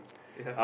ya